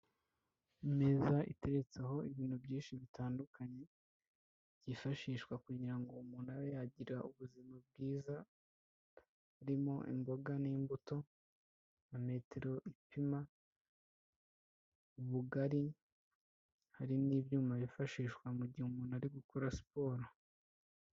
Imeza iteretseho ibintu byinshi bitandukanye, byifashishwa kugira ngo umuntu abe yagira ubuzima bwiza, harimo imboga n'imbuto na metero ipima ubugari, hari n'ibyuma byifashishwa mu gihe umuntu ari gukora siporo.